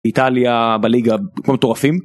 איטליה בליגה כמו מטורפים.